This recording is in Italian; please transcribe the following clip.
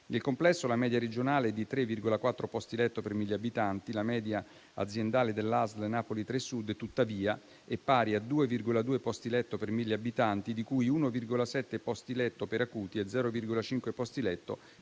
Nel complesso la media regionale è di 3,4 posti letto per mille abitanti; la media aziendale dell'ASL Napoli 3 Sud tuttavia è pari a 2,2 posti letto per mille abitanti, di cui 1,7 posti letto per acuti e 0,5 posti letto